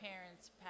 parents